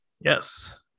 Yes